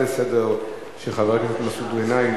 שההצעה לסדר-היום של חבר הכנסת מסעוד גנאים,